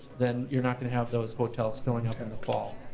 then you're not gonna have those hotels filling up in the fall.